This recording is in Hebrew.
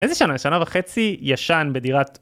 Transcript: איזה שנה? שנה וחצי ישן בדירת...